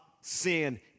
sin